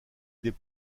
des